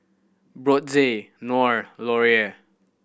Brotzeit Knorr Laurier